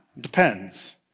depends